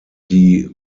die